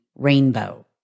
Rainbow